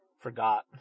Forgot